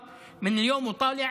בעבודה,